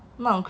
um